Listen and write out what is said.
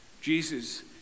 Jesus